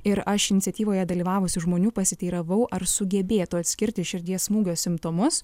ir aš iniciatyvoje dalyvavusių žmonių pasiteiravau ar sugebėtų atskirti širdies smūgio simptomus